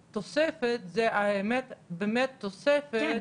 שהתוספת היא באמת תוספת ולא משחק מספרי --- כן,